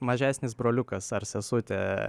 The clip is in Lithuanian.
mažesnis broliukas ar sesutė